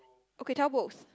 okay tell you both